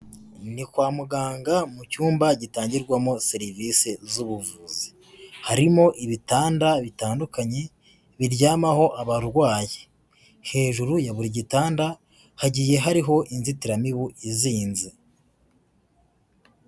Ni kwa muganga mu cyumba gitangirwamo serivise z'ubuvuzi, harimo ibitanda bitandukanye biryamaho abarwayi, hejuru ya buri gitanda hagiye hariho inzitiramibu izinze.